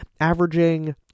averaging